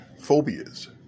phobias